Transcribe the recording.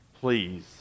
please